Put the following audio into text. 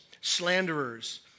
slanderers